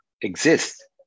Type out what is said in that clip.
exist